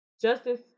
Justice